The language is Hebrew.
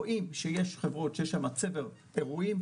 אם רואים שיש חברות שיש שם צבר אירועים,